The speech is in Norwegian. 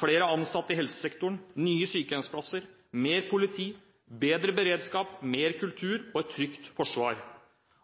flere ansatte i helsesektoren, nye sykehjemsplasser, mer politi, bedre beredskap, mer kultur og et trygt forsvar.